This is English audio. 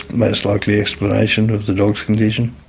most likely explanation of the dog's condition.